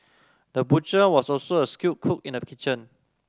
the butcher was also a skilled cook in the kitchen